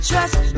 trust